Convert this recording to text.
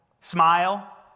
Smile